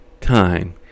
time